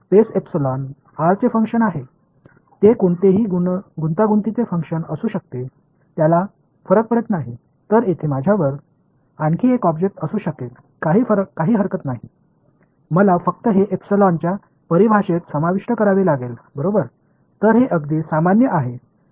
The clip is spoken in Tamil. இந்த சிக்கலில் பல பொருள்கள் இருக்கக்கூடும் நான் செய்ய வேண்டியது எல்லாம் அதை ஸ்பேஸ் எப்சிலன் r இல் சேர்ப்பதுதான் ஏனெனில் ஸ்பேஸ் எப்சிலன் r இன் செயல்பாடு எந்த சிக்கலான செயல்பாடு ஆகவும் இருக்கலாம்அது பிரச்சனை இல்லை